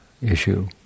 issue